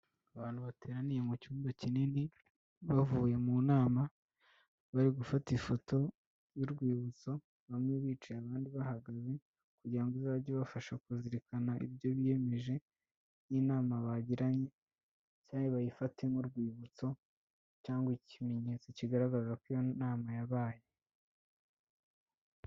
Abantu bateraniye mu cyumba kinini, bavuye mu nama, bari gufata ifoto y'urwibutso, bamwe bicaye abandi bahagaze kugira ngo izajye ubafasha kuzirikana ibyo biyemeje, n'inama bagiranye na yo bayifate nk'urwibutso cyangwa ikimenyetso kigaragaza ko iyo nama yabaye.